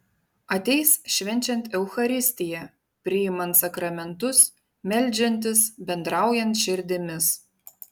ateis švenčiant eucharistiją priimant sakramentus meldžiantis bendraujant širdimis